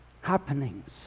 happenings